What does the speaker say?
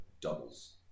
doubles